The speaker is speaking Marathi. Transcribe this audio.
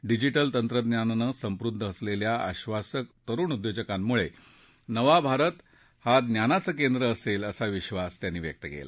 डिजीटल तंत्रज्ञानानं समृद्ध असलेल्या आधासक तरुण उद्योजकांमुळे नवा भारत हा नवोन्मेष आणि ज्ञानाचं केंद्र असेल असा विश्वास त्यांनी व्यक्त केला